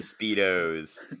speedos